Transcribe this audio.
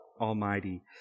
Almighty